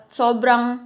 sobrang